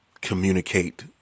communicate